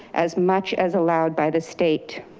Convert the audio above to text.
as much as allowed by the state.